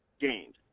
gained